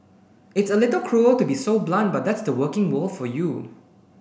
it's a little cruel to be so blunt but that's the working world for you